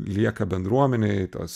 lieka bendruomenėj tos